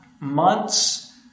months